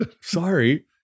Sorry